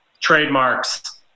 trademarks